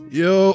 yo